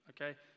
okay